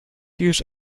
use